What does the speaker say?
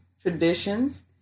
traditions